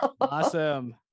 awesome